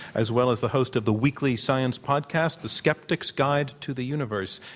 as well as the host of the weekly science podcast, the skeptics' guide to the universe.